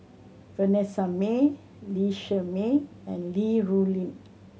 Vanessa Mae Lee Shermay and Li Rulin